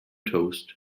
toast